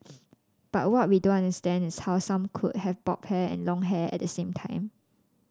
but what we don't understand is how some could have bob hair and long hair at the same time